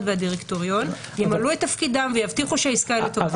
והדירקטוריון ימלאו את תפקידם ויבטיחו שהעסקה היא טובה.